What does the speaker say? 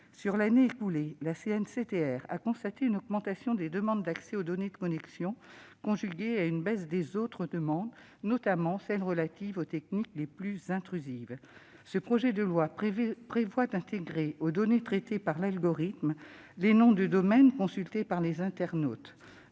Durant l'année écoulée, la CNCTR a constaté une augmentation des demandes d'accès aux données de connexion, conjuguée à une baisse des autres demandes, notamment celles qui sont relatives aux techniques les plus intrusives. Ce projet de loi prévoit d'intégrer aux données traitées par l'algorithme les noms de domaines consultés par les internautes.